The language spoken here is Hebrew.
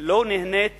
לא נהנית